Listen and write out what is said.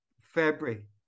February